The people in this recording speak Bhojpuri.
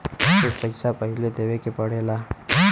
कुछ पैसा पहिले देवे के पड़ेला